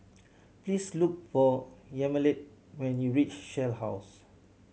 please look for Yamilet when you reach Shell House